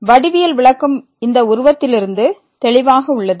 வடிவியல் விளக்கம் இந்த உருவத்திலிருந்து தெளிவாக உள்ளது